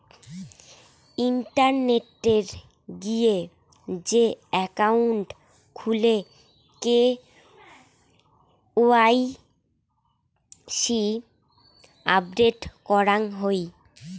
ইন্টারনেটে গিয়ে যে একাউন্ট খুলে কে.ওয়াই.সি আপডেট করাং হই